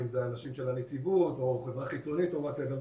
אם זה אנשים של הנציבות או חברה חיצונית או מה שלא יהיה,